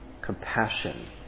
compassion